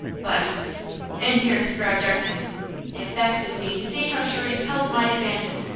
but and here his brow darkened it vexes me to see how she repels my advances,